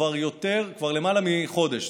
כבר למעלה מחודש,